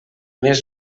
més